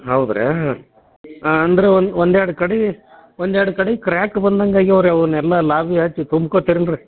ಹೌದ್ರಾ ಹಾಂ ಅಂದ್ರೆ ಒಂದೆರಡು ಕಡೆ ಒಂದೆರಡು ಕಡೆ ಕ್ರ್ಯಾಕ್ ಬಂದಂಗೆ ಆಗೆವ ರೀ ಅವನ್ನೆಲ್ಲ ಲಾಬಿ ಹಾಕಿ ತುಂಬ್ಕೊತಿರಲ್ರಿ